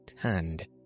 hand